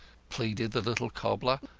pleaded the little cobbler.